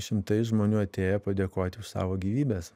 šimtai žmonių atėjo padėkoti už savo gyvybes